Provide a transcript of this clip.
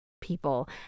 people